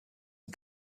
and